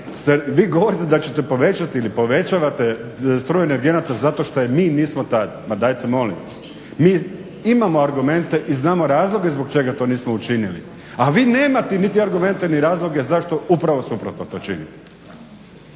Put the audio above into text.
vi govorite da ćete povećati ili povećavate cijene energenata zato što je mi nismo tad. Pa dajte molim vas! Mi imamo argumente i znamo razloge zbog čega to nismo učinili, a vi nemate niti argumente ni razloge zašto upravo suprotno to činite.